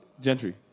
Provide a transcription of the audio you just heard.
Gentry